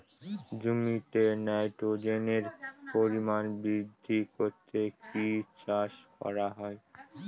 জমিতে নাইট্রোজেনের পরিমাণ বৃদ্ধি করতে কি চাষ করা হয়?